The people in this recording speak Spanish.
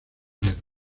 obreros